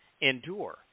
endure